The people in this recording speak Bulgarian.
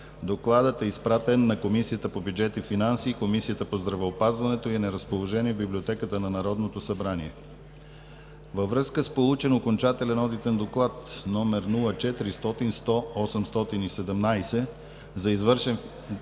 Докладът е изпратен на Комисията по бюджет и финанси и на Комисията по здравеопазването и е на разположение в Библиотеката на Народното събрание. Във връзка с получен окончателен Одитен доклад № 0400100817 за извършен